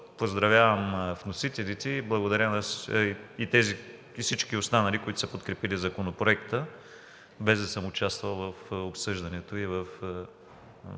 поздравявам вносителите. Благодаря на тези и на всички останали, които са подкрепили Законопроекта, без да съм участвал в обсъждането и без